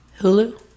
hulu